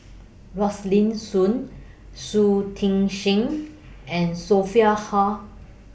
Rosaline Soon Shui Tit Sing and Sophia Hull